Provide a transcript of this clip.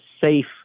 safe